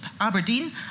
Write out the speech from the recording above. Aberdeen